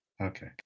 Okay